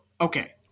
Okay